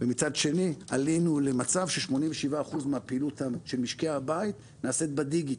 ומצד שני עלינו למצב ש-87% מהפעילות של משקי הבית נעשית בדיגיטל.